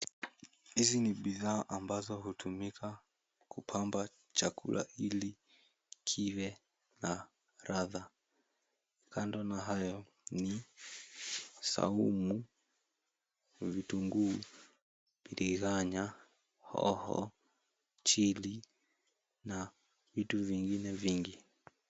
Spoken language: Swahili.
Hizi ni bidhaa ambazo hutumika kupamba chakula ili kiwe na ladha. Kando na hayo ni saumu, vitunguu, biriganya, hoho, chilli na vitu vingine vingi.